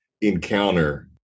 encounter